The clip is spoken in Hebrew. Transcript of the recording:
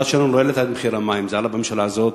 זה דווקא טוב,